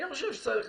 אני חושב שצריך